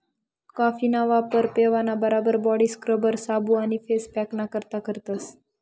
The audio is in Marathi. कॉफीना वापर पेवाना बराबर बॉडी स्क्रबर, साबू आणि फेस पॅकना करता करतस